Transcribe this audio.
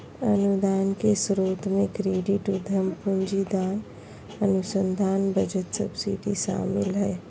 अनुदान के स्रोत मे क्रेडिट, उधम पूंजी, दान, अनुदान, बचत, सब्सिडी शामिल हय